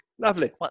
Lovely